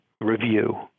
review